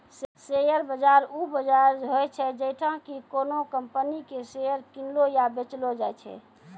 share बाजार उ बजार होय छै जैठां कि कोनो कंपनी के शेयर किनलो या बेचलो जाय छै